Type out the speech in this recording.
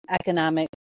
economic